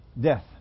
death